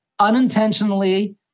unintentionally